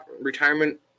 retirement